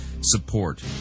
support